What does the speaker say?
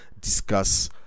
discuss